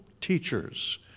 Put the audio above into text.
teachers